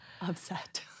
upset